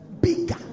bigger